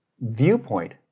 viewpoint